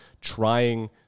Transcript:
trying